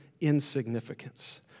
insignificance